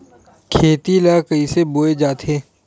खेती ला कइसे बोय जाथे?